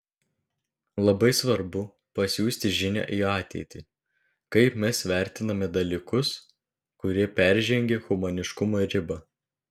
labai svarbu pasiųsti žinią į ateitį kaip mes vertiname dalykus kurie peržengė humaniškumo ribą